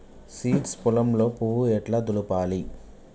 Seeds పొలంలో పువ్వు ఎట్లా దులపాలి?